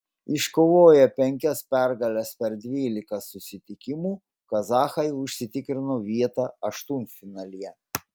iškovoję penkias pergales per dvylika susitikimų kazachai užsitikrino vietą aštuntfinalyje